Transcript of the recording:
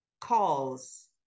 calls